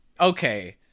okay